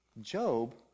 Job